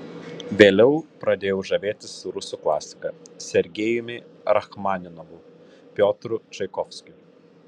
vėliau pradėjau žavėtis rusų klasika sergejumi rachmaninovu piotru čaikovskiu